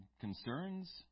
concerns